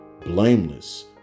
blameless